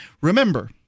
Remember